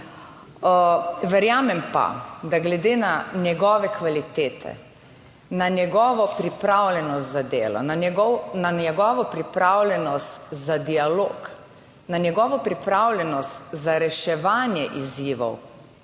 Verjamem pa, da glede na njegove kvalitete, na njegovo pripravljenost za delo, na njegovo pripravljenost za dialog, na njegovo pripravljenost za reševanje izzivov